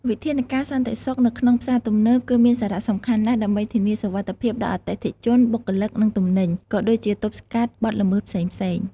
វិធានការសន្តិសុខនៅក្នុងផ្សារទំនើបគឺមានសារៈសំខាន់ណាស់ ដើម្បីធានាសុវត្ថិភាពដល់អតិថិជន បុគ្គលិក និងទំនិញ ក៏ដូចជាទប់ស្កាត់បទល្មើសផ្សេងៗ។